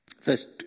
First